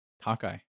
Hawkeye